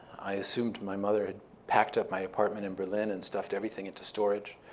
i assumed my mother had packed up my apartment in berlin and stuffed everything into storage.